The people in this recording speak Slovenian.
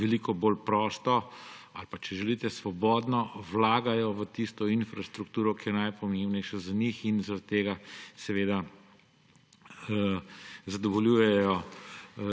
veliko bolj prosto ali pa, če želite, svobodno vlagajo v tisto infrastrukturo, ki je najpomembnejša za njih. Zaradi tega seveda zadovoljujejo